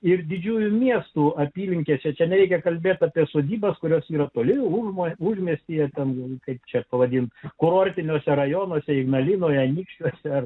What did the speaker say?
ir didžiųjų miestų apylinkėse čia reikia kalbėti apie sodybas kurios yra toli urmo užmiestyje ten kaip čia pavadinti kurortiniuose rajonuose ignalinoje anykščiuose